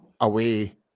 away